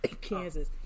Kansas